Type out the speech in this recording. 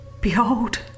Behold